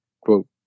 quote